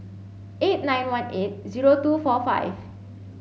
eight nine one eight zero two four five